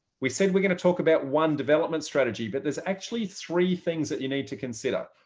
we so we're going to talk about one development strategy. but there's actually three things that you need to consider.